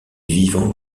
vivant